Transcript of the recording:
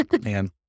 Man